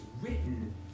written